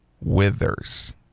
Withers